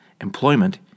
Employment